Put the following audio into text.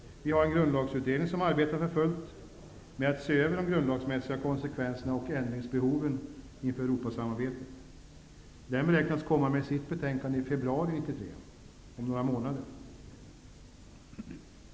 Vi har en grundlagsutredning som arbetar för fullt med att se över de grundlagsmässiga konsekvenserna och ändringsbehoven inför Europasamarbetet. Den beräknas komma med sitt betänkande i februari 1993 -- om några månader, alltså.